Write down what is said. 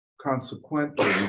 consequently